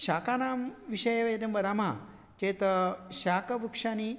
शाकानां विषये एव इदं वदामः चेत् शाकवृक्षानि